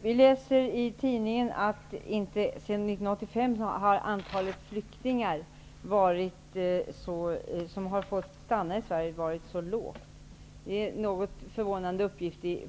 Herr talman! Jag vill vända mig till Birgit Friggebo. I tidningen kan man läsa att antalet flyktingar som har fått stanna i Sverige inte har varit så lågt sedan 1985. Det är en något förvånande uppgift i